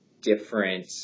different